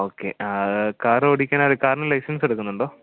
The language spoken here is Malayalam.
ഓക്കെ കാറോടിക്കാൻ കാർന് ലൈസൻസെടുക്കുന്നുണ്ടോ